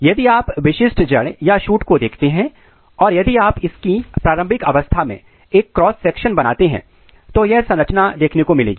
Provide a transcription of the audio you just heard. यदि आप विशिष्ट जड़ या शूट को देखते हैं और यदि आप इसकी प्रारंभिक अवस्था में एक क्रॉस सेक्शन बनाते हैं तो यह संरचना देखने को मिलेगी